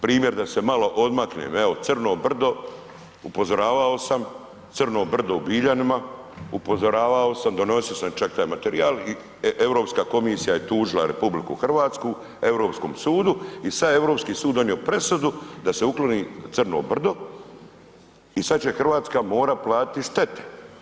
Primjer da se malo odmaknem, evo crno brdo, upozoravao sam, crno brdo u Biljanima, upozoravao sam, donosio sam čak taj materijal i Europska komisija je tužila Republiku Hrvatsku Europskom sudu i sada je Europski sud donio presudu da se ukloni crno brdo i sada će Hrvatska morati platiti štete.